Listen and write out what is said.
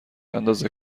اندازه